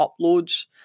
uploads